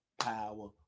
power